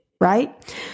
right